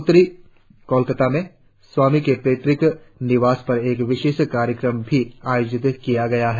उत्तरी कोलकाता में स्वामी के पैतृक निवास पर एक विशेष कार्यक्रम भी आयोजित किया गया है